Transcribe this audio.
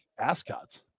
ascots